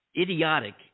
idiotic